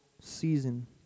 season